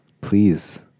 please